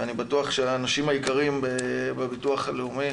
ואני בטוח שהאנשים היקרים בביטוח הלאומי